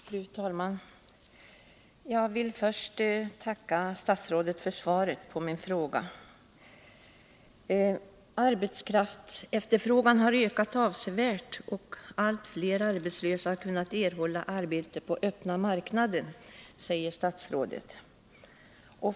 Fru talman! Jag vill först tacka statsrådet för svaret på min fråga. Statsrådet säger i svaret: ”Arbetskraftsefterfrågan har ökat avsevärt, och allt fler arbetslösa har kunnat erhålla arbete på öppna marknaden.